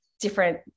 different